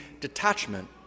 detachment